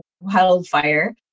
wildfire